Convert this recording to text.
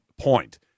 point